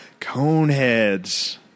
Coneheads